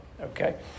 okay